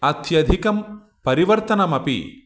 अत्यधिकं परिवर्तनमपि